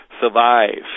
survive